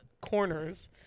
corners